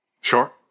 Sure